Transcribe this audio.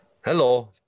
Hello